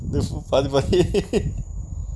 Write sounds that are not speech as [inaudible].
there's no parliament [laughs]